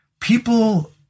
people